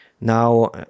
Now